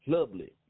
Lovely